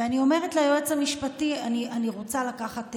ואני אומרת ליועץ המשפטי: אני רוצה לקחת,